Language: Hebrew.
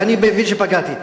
ואני מבין שפגעתי,